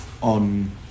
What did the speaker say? on